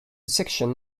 section